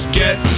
get